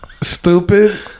stupid